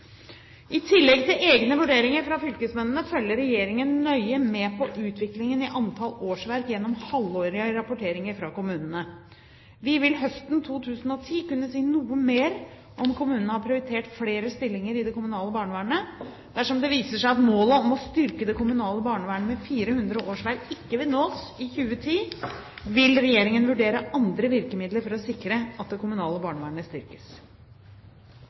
I tillegg til egne vurderinger fra fylkesmennene følger regjeringen nøye med på utviklingen i antall årsverk gjennom halvårlige rapporteringer fra kommunene. Vi vil høsten 2010 kunne si noe mer om hvorvidt kommunene har prioritert flere stillinger til det kommunale barnevernet. Dersom det viser seg at målet om å styrke det kommunale barnevernet med 400 årsverk ikke vil nås i 2010, vil regjeringen vurdere andre virkemidler for å sikre at det kommunale barnevernet styrkes.